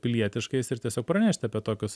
pilietiškais ir tiesiog pranešti apie tokius